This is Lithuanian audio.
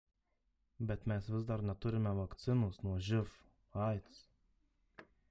bet mes vis dar neturime vakcinos nuo živ aids